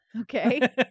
Okay